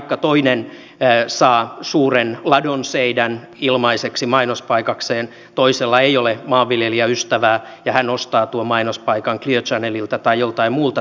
taikka toinen saa suuren ladonseinän ilmaiseksi mainospaikakseen toisella ei ole maanviljelijäystävää ja hän ostaa tuon mainospaikan clear channelilta tai joltain muulta toimijalta